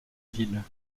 ville